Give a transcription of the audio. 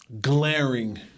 glaring